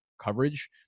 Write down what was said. coverage